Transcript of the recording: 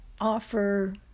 offer